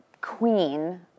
Queen